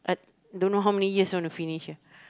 don't know how many years want to finish ah